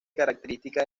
características